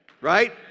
right